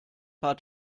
paar